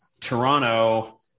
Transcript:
Toronto